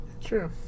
True